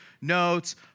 notes